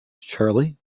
charley